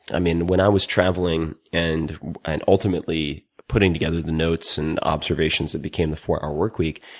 i mean when i was traveling, and and ultimately putting together the notes and observations that became the four hour work week,